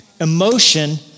Emotion